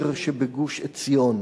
זה המסר שאנחנו נותנים